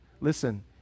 listen